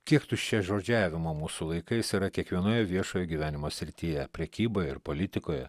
kiek tuščiažodžiavimo mūsų laikais yra kiekvienoje viešojo gyvenimo srityje prekyboje ir politikoje